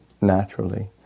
naturally